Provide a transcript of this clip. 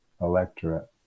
electorate